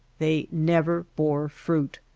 they never bore fruit.